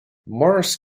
maurice